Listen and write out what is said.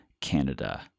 canada